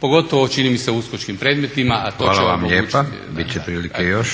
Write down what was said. pogotovo čini mi se u uskočkim predmetima a to će vam omogućiti. **Leko, Josip (SDP)** Hvala vam lijepa. Bit će prilike još.